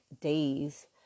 days